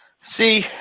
See –